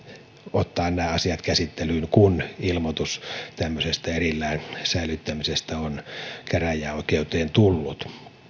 ottaa nämä asiat käsittelyyn kun ilmoitus tämmöisestä erillään säilyttämisestä on käräjäoikeuteen tullut